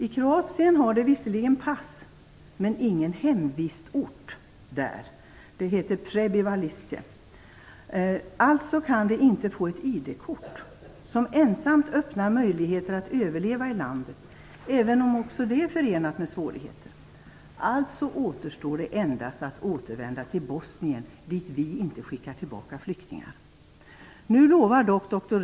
I Kroatien har de visserligen pass men inte hemvistort där - det heter prebivaliste. Alltså kan de inte få ID-kort, som ensamt öppnar möjligheter att överleva i landet, även om också det är förenat med svårigheter. Alltså återstår endast att återvända till Bosnien, dit vi inte skickar tillbaka flyktingar. Nu lovar dock dr.